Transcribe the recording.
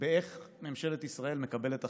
איך ממשלת ישראל מקבלת החלטות,